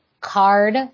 Card